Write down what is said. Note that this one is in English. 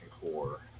core